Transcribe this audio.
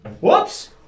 Whoops